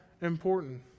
important